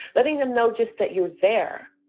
letting them know just that you're there.